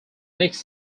next